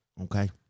Okay